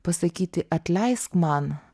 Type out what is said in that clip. pasakyti atleisk man